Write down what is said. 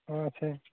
অঁ আছে